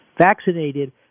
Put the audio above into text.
vaccinated